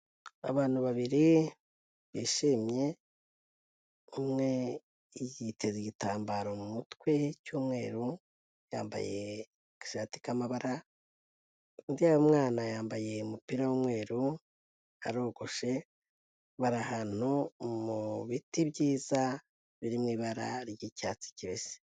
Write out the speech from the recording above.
Abantu babiri bishimye, umwe yiteza igitambaro mu mutwe cy'umweru yambaye agashati k'amabara, undi w'umwana yambaye umupira w'umweru arogoshe, bari ahantu mu biti byiza biri mu ibara ry'icyatsi kibisi.